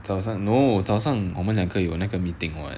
早上 no 早上我们两个有那个 meeting [what]